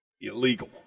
illegal